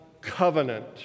covenant